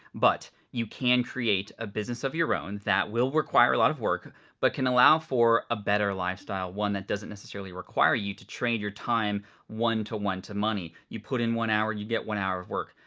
but you can create a business of your own that will require a lot of work but can allow for a better lifestyle, one that doesn't necessarily require you to trade your time one to one to money. you put in one hour, you get one hour of work.